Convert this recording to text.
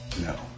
No